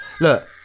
Look